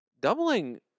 Doubling